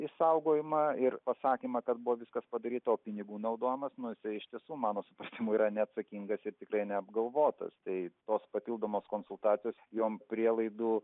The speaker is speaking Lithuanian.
išsaugojimą ir pasakymą kad buvo viskas padaryta o pinigų naudojimas nu jisai iš tiesų mano supratimu yra neatsakingas ir tikrai neapgalvotas tai tos papildomos konsultacijos jom prielaidų